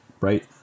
right